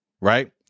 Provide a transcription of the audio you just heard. right